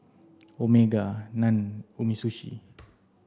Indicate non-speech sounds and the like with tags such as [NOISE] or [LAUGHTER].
Omega Nan Umisushi [NOISE]